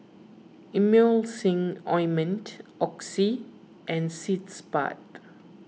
Emulsying Ointment Oxy and Sitz Bath